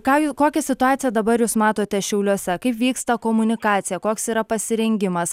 ką kokią situaciją dabar jūs matote šiauliuose kaip vyksta komunikacija koks yra pasirengimas